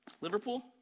Liverpool